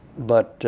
but